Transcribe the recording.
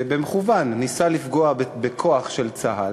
שבמכוון ניסה לפגוע בכוח של צה"ל,